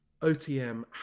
OTM